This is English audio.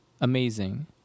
amazing